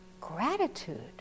gratitude